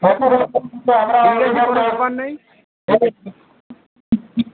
ঠিক আছে কোনো ব্যাপার নেই